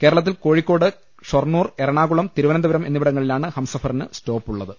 കേരളത്തിൽ കോഴിക്കോട് ഷൊർണ്ണൂർ എറണാകുളം തിരു വനന്തപുരം എന്നിവിടങ്ങളിലാണ് ഹംസഫറിന് സ്റ്റോപ്പുള്ളത്